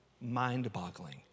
mind-boggling